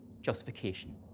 justification